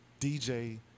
DJ